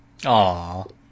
Aww